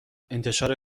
انتشار